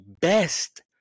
best